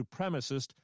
supremacist